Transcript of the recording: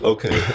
Okay